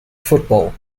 football